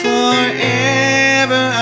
Forever